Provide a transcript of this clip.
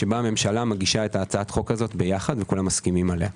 שבה הממשלה מגישה את הצעת החוק הזו ביחד וכולם מסכימים עליה.